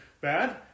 bad